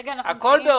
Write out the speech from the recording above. כרגע יש נגיף